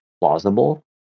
plausible